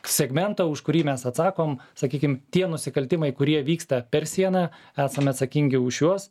segmentą už kurį mes atsakom sakykim tie nusikaltimai kurie vyksta per sieną esam atsakingi už juos